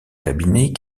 cabinet